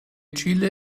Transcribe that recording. chile